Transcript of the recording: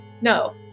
No